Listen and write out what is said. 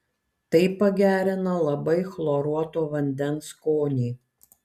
tai pagerina labai chloruoto vandens skonį